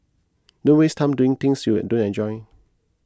don't waste time doing things you don't enjoy